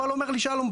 אבל אומר לי שלום,